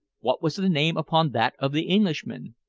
what was the name upon that of the englishman?